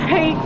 Hey